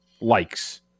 likes